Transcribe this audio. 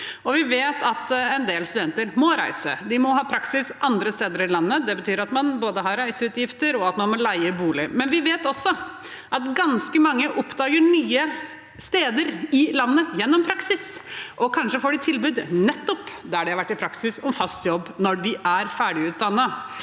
vi vet at en del studenter må reise. De må ha praksis andre steder i landet. Det betyr både at man har reiseutgifter, og at man må leie bolig. Vi vet også at ganske mange oppdager nye steder i landet gjennom praksis, og kanskje får de tilbud om fast jobb nettopp der de har vært i praksis, når de er ferdig utdannet.